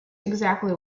exactly